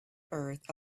earth